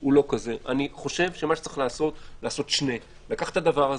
אני חושב שצריך לקחת את זה,